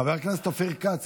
חבר הכנסת אופיר כץ,